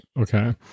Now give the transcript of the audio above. okay